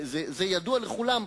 זה ידוע לכולם,